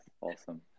awesome